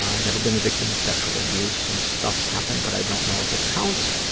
have you ever been the victim of sexual abuse? some stuff happened but i don't know if it counts.